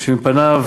שמפניו